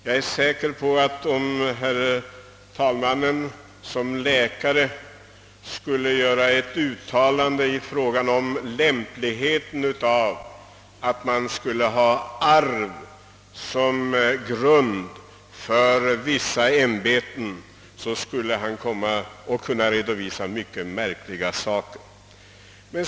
Så är det naturligtvis inte, men om herr andre vice talmannen skulle som läkare uttala sig om lämpligheten över huvud taget av att låta ämbeten gå i arv, så skulle han säkerligen komma att redovisa märkliga saker!